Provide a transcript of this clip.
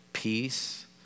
Peace